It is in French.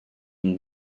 une